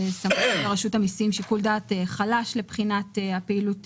שיקול דעת חלש לבחינת הפעילות